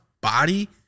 body